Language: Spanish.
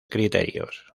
criterios